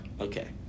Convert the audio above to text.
Okay